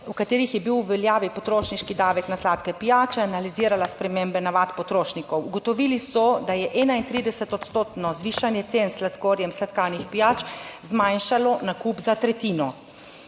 v katerih je bil v veljavi potrošniški davek na sladke pijače, analizirala spremembe navad potrošnikov. Ugotovili so, da je 31 odstotno zvišanje cen s sladkorjem sladkanih pijač zmanjšalo nakup za tretjino.